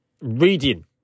reading